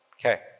Okay